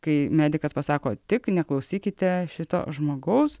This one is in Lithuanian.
kai medikas pasako tik neklausykite šito žmogaus